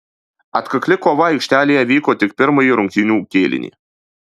atkakli kova aikštelėje vyko tik pirmąjį rungtynių kėlinį